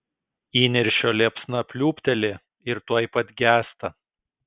įniršio liepsna pliūpteli ir tuoj pat gęsta